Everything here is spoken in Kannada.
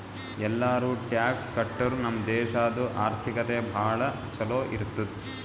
ಎಲ್ಲಾರೂ ಟ್ಯಾಕ್ಸ್ ಕಟ್ಟುರ್ ನಮ್ ದೇಶಾದು ಆರ್ಥಿಕತೆ ಭಾಳ ಛಲೋ ಇರ್ತುದ್